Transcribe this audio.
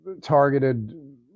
targeted